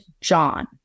John